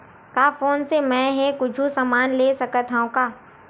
का फोन से मै हे कुछु समान ले सकत हाव का?